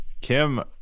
Kim